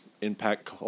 impact